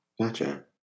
Gotcha